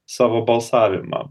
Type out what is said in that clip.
savo balsavimą